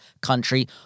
country